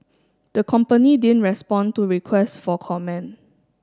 the company didn't respond to request for comment